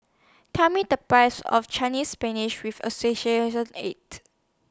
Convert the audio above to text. Tell Me The Price of Chinese Spinach with Associate ate